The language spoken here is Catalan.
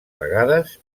vegades